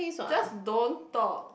just don't talk